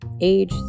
age